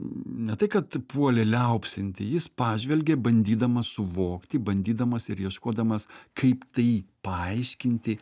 ne tai kad puolė liaupsinti jis pažvelgė bandydamas suvokti bandydamas ir ieškodamas kaip tai paaiškinti